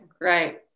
Right